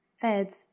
Feds